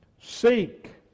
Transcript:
Seek